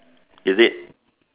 is it